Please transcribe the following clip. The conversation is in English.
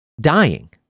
Dying